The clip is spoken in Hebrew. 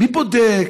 מי בודק?